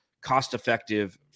cost-effective